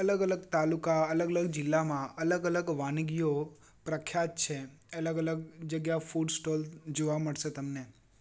અલગ અલગ તાલુકા અલગ અલગ જીલામાં અલગ અલગ વાનગીઓ પ્રખ્યાત છે અલગ અલગ જગ્યા ફૂડ સ્ટોલ જોવા મળશે તમને